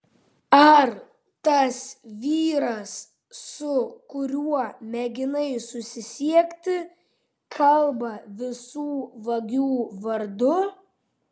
ar tas vyras su kuriuo mėginai susisiekti kalba visų vagių vardu